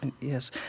Yes